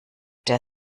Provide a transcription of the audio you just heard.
der